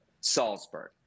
Salzburg